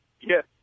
yes